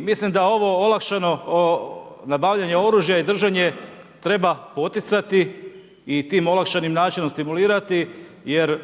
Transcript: mislim da ovo olakšano nabavljanje oružja i držanje treba poticati i tim olakšanim načinom stimulirati jer